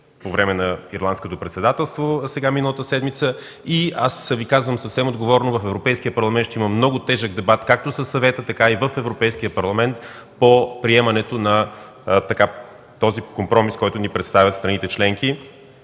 по време на Ирландското председателство – сега, миналата седмица. И аз Ви казвам съвсем отговорно – в Европейския парламент ще има много тежък дебат както със Съвета, така и в Европейския парламент по приемането на този компромис, който ни представят страните членки.